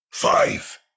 Five